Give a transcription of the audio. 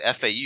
FAU